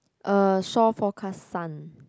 uh shore forecast sun